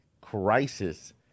Crisis